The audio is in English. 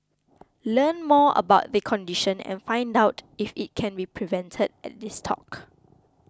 learn more about the condition and find out if it can be prevented at this talk